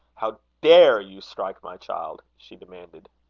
how dare you strike my child? she demanded.